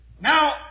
Now